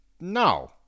No